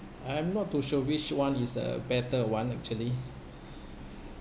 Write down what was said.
I'm not too sure which one is a better one actually